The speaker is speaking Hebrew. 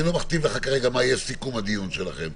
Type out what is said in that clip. אני לא מכתיב לך כרגע מה יהיה סיכום הדיון שלכם,